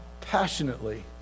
passionately